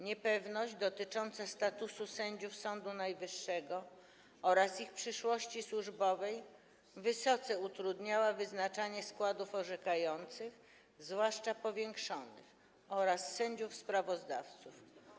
Niepewność dotycząca statusu sędziów Sądu Najwyższego oraz ich przyszłości służbowej wysoce utrudniała wyznaczanie składów orzekających, zwłaszcza powiększonych, oraz sędziów sprawozdawców.